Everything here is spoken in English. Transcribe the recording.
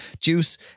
JUICE